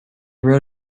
wrote